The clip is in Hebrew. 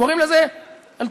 קוראים לזה אלטרואיזם,